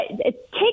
take